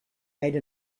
made